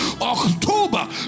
October